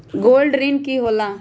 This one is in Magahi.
गोल्ड ऋण की होला?